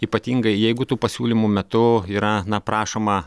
ypatingai jeigu tų pasiūlymų metu yra na prašoma